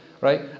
right